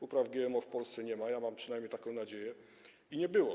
Upraw GMO w Polsce nie ma - mam przynajmniej taką nadzieję - i nie było.